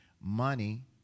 money